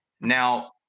Now